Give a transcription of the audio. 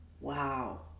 Wow